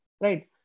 right